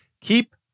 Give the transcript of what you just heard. Keep